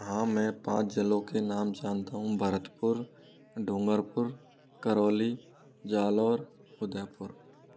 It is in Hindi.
हाँ मैं पाँच जिलों के नाम जानता हूँ भरतपुर डूंगरपुर करौली जालौर उदयपुर